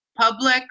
public